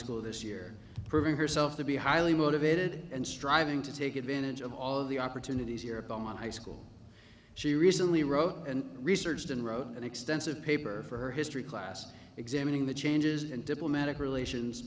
school this year proving herself to be highly motivated and striving to take advantage of all of the opportunities here by my school she recently wrote and researched and wrote an extensive paper for her history class examining the changes in diplomatic relations